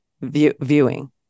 viewing